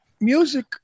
music